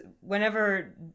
whenever